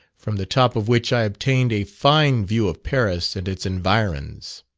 from the top of which i obtained a fine view of paris and its environs.